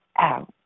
out